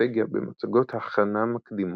האסטרטגיה במצגות הכנה מקדימות,